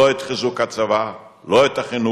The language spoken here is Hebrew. לא את חיזוק הצבא, לא את החינוך,